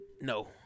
No